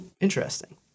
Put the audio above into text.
Interesting